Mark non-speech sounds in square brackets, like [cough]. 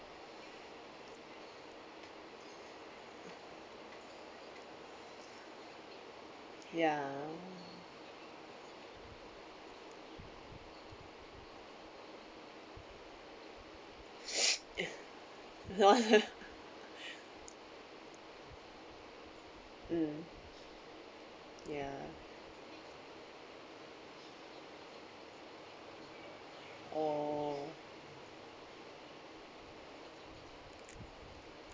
ya [breath] not [laughs] mm ya [noise]